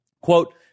Quote